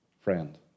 friend